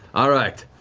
all right.